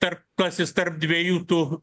tarp klasės tarp dviejų tų